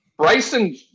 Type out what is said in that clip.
Bryson